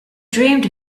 dreamed